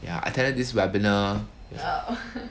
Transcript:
ya I tell you this webinar